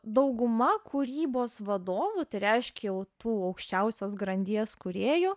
dauguma kūrybos vadovų tai reiškia jau tų aukščiausios grandies kūrėjų